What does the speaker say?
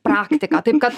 praktiką taip kad